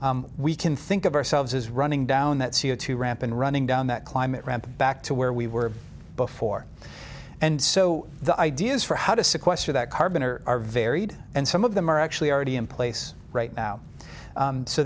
we can think of ourselves as running down that c o two ramp and running down that climate ramp back to where we were before and so the ideas for how to sequester that carbon are are varied and some of them are actually already in place right now